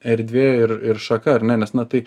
erdvė ir ir šaka ar ne nes na tai